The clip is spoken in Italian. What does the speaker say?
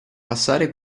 passare